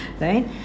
Right